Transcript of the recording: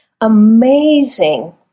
amazing